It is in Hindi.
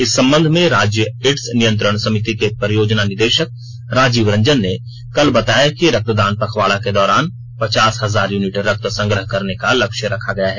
इस संबंध में राज्य एड्स नियंत्रण समिति के परियोजना निदेशक राजीव रंजन ने कल बताया कि रक्तदान पखवाड़ा के दौरान पचास हजार यूनिट रक्त संग्रह करने का लक्ष्य रखा गया है